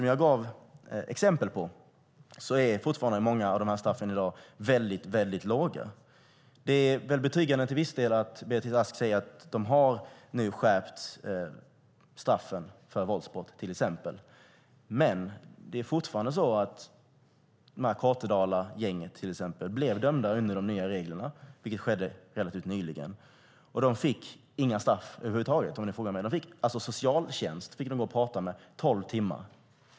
Jag gav exempel på att många av dessa straff fortfarande är väldigt låga. Det är till viss del betryggande att Beatrice Ask säger att straffen för våldsbrott nu har skärpts. Men till exempel Kortedalagänget dömdes enligt de nya reglerna, vilket skedde relativt nyligen, och de fick inga straff över huvud taget. De fick gå och prata med socialtjänsten tolv timmar.